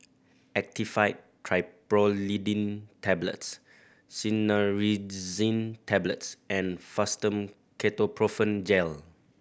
Actifed Triprolidine Tablets Cinnarizine Tablets and Fastum Ketoprofen Gel